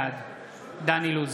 בעד דן אילוז,